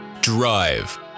drive